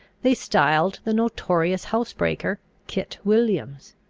they styled the notorious housebreaker, kit williams.